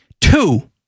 two